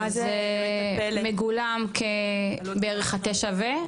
שזה מגולם בערך עד 9 ו?